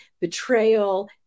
betrayal